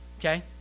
okay